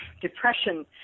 depression